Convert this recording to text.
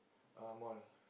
uh mall